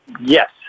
Yes